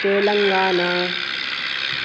Telangana